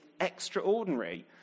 extraordinary